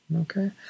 okay